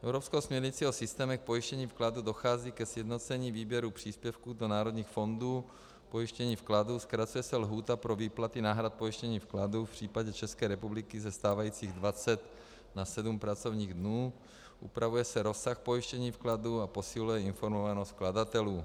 Evropskou směrnicí o systémech pojištění vkladů dochází ke sjednocení výběru příspěvků do národních fondů pojištění vkladů, zkracuje se lhůta pro výplaty náhrad pojištění vkladů, v případě České republiky ze stávajících 20 na 7 pracovních dnů, upravuje se rozsah pojištění vkladů a posiluje informovanost vkladatelů.